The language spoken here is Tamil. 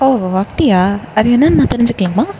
ஓ அப்படியா அது என்னென்னு நான் தெரிஞ்சுக்கலாமா